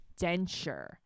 denture